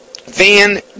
Van